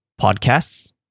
podcasts